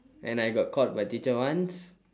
and I got caught by teacher once